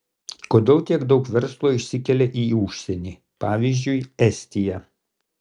kodėl tiek daug verslo išsikelia į užsienį pavyzdžiui estiją